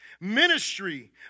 Ministry